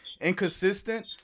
inconsistent